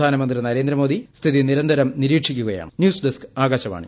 പ്രധാനമന്ത്രി നരേന്ദ്രമോദി സ്ഥിതി നിരന്തരം നിരീക്ഷിക്കുകയാണ് ന്യൂസ് ഡെസ്ക് ആകാശവാണി